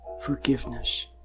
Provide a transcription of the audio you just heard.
forgiveness